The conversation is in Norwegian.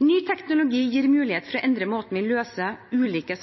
Ny teknologi gir muligheter for å endre måten vi løser ulike